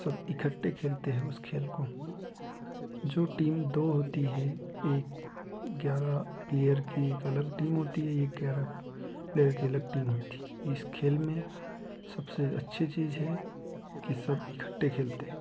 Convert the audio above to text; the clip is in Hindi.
सब इकट्ठे खेलते हैं उस खेल को जो टीम दो होती है एक ग्यारह प्लियर की एक अलग टीम होती है एक ग्यारह प्लेयर अलग टीम होती है इस खेल में सबसे अच्छी चीज़ है कि सब इकट्ठे खेलते हैं